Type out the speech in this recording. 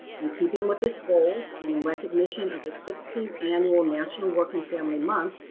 in keeping with this goal and in recognition of the sixteenth annual national work and family month,